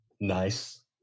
Nice